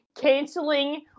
canceling